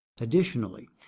Additionally